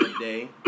today